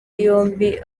yombi